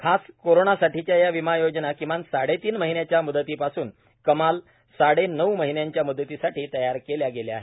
खास कोरोनासाठीच्या या विमा योजना किमान साडेतीन महिन्याच्या मृदतीपासून कमाल साडेनऊ महिन्यांच्या मुदतीसाठी तयार केल्या गेल्या आहेत